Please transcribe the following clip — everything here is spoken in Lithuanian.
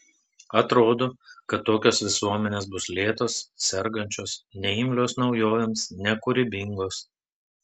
atrodo kad tokios visuomenės bus lėtos sergančios neimlios naujovėms nekūrybingos